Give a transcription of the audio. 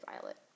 violet